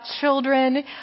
children